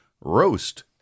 roast